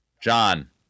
John